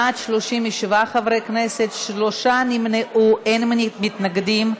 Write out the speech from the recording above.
בעד, 37 חברי כנסת, שלושה נמנעו, ואין מתנגדים.